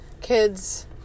kids